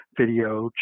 video